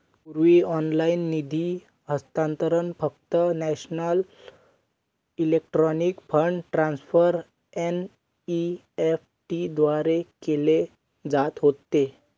पूर्वी ऑनलाइन निधी हस्तांतरण फक्त national electronic fund transfer NEFT द्वारे केले जात होते